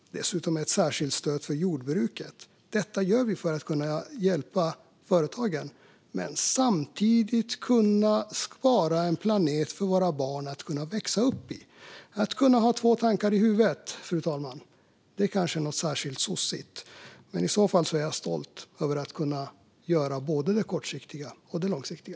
Dessutom har vi ett särskilt stöd för jordbruket. Detta gör vi för att hjälpa företagen men samtidigt spara på vår planet så att våra barn kan växa upp här. Att ha två tankar i huvudet, fru talman, är kanske något särskilt sossigt, men jag är stolt över att kunna göra både det kortsiktiga och det långsiktiga.